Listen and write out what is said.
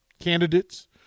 Candidates